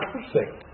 Perfect